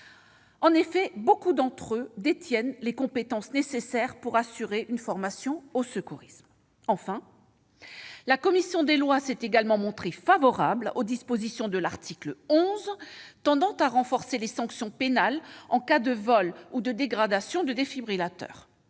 En effet, beaucoup d'entre eux détiennent les compétences nécessaires pour assurer une formation au secourisme. Enfin, la commission des lois s'est également montrée favorable aux dispositions de l'article 11 tendant à renforcer les sanctions pénales en cas de vol ou de dégradation de défibrillateurs.